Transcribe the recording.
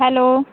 hello